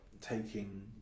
taking